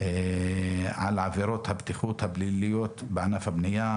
על עבירות הבטיחות הפליליות בענף הבנייה.